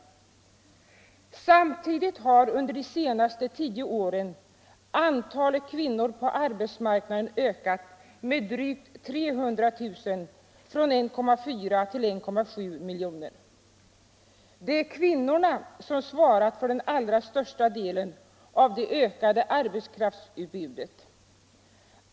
Men samtidigt har under de senaste tio åren antalet kvinnor på arbetsmarknaden ökat med drygt 300 000, från 1,4 till 1,7 miljoner. Det är kvinnorna som har svarat för den allra största delen av det ökade arbetskraftsutbudet.